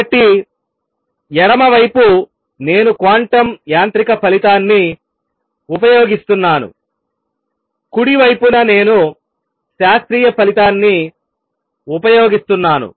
కాబట్టి ఎడమ వైపు నేను క్వాంటం యాంత్రిక ఫలితాన్ని ఉపయోగిస్తున్నాను కుడి వైపున నేను శాస్త్రీయ ఫలితాన్ని ఉపయోగిస్తున్నాను